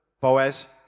Boaz